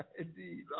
Indeed